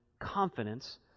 confidence